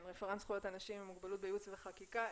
רפרנט זכויות אנשים עם מוגבלויות בייעוץ וחקיקה.